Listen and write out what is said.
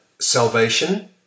salvation